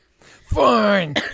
Fine